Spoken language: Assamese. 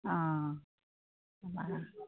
অঁ বাৰু